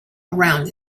around